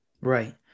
right